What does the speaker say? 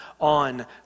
on